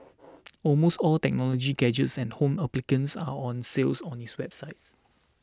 almost all technology gadgets and home appliances are on sale on its website